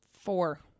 Four